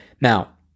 Now